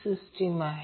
34 j XC आहे